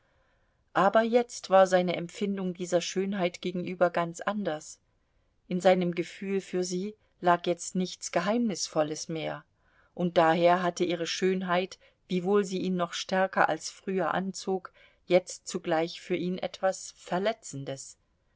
aber jetzt war seine empfindung dieser schönheit gegenüber ganz anders in seinem gefühl für sie lag jetzt nichts geheimnisvolles mehr und daher hatte ihre schönheit wiewohl sie ihn noch stärker als früher anzog jetzt zugleich für ihn etwas verletzendes